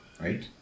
right